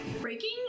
breaking